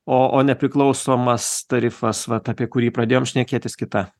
o o nepriklausomas tarifas vat apie kurį pradėjom šnekėtis kita